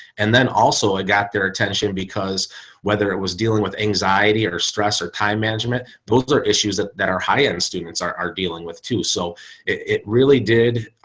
and then also ah got their attention because whether it was dealing with anxiety or stress or time management. those are issues that that are high and students are are dealing with too. so it really did.